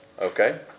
Okay